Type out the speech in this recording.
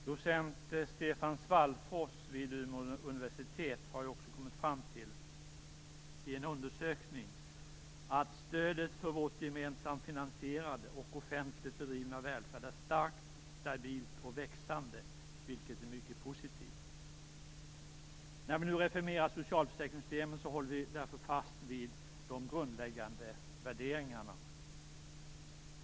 Docent Stefan Svallfors vid Umeå universitet har också i en undersökning kommit fram till att stödet för vår gemensamt finansierade och offentligt bedrivna välfärd är starkt stabilt och växande, vilket är mycket positivt. När vi nu reformerar socialförsäkringssystemet håller vi därför fast vid de grundläggande värderingarna.